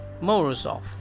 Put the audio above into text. Morozov